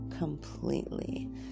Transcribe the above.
completely